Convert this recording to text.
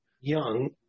young